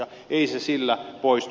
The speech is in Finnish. ei se sillä poistu